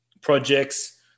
projects